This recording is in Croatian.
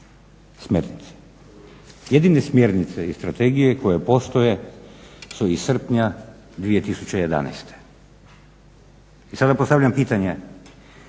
smjernice. Jedine smjernice i strategije koje postoje su iz srpnja 2011. I sada postavljam pitanje,